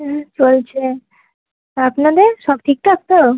হ্যাঁ চলছে আপনাদের সব ঠিকঠাক তো